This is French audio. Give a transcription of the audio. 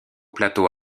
plateau